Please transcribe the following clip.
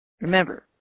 Remember